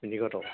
তিনিশ টকা